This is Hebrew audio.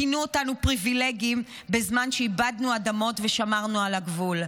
כשכינו אותנו פריבילגים בזמן שאיבדנו אדמות ושמרנו על הגבול,